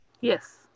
Yes